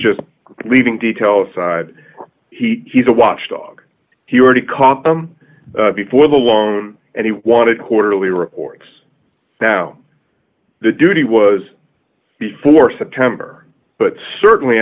just leaving details he he's a watchdog he already caught them before the long and he wanted quarterly reports now the duty was before september but certainly